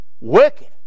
Wicked